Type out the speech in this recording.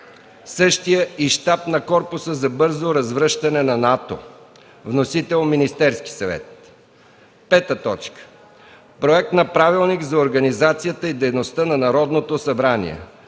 същият и щаб на Корпуса за бързо развръщане на НАТО. Вносител – Министерският съвет. 5. Проект на Правилник за организацията и дейността на Народното събрание.